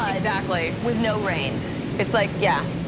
ah exactly with no rain it's like yeah.